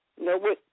no